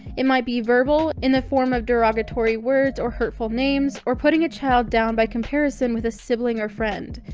it might be verbal, in the form of derogatory words or hurtful names, or putting a child down by comparison with a sibling or friend.